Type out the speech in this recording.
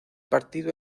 partido